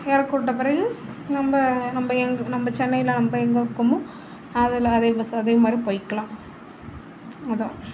இறக்கி விட்ட பிறகு நம்ம நம்ம எங்கே நம்ம சென்னையில் நம்ம எங்கே இருக்கமோ அதில் அதே பஸ்சில் அதேமாதிரி போயிக்கலாம் அதுதான்